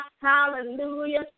Hallelujah